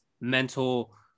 mental